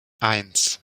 eins